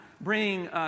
bring